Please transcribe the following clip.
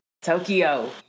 Tokyo